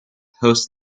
host